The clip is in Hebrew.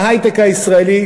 בהיי-טק הישראלי,